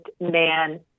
man